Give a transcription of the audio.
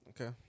okay